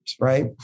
right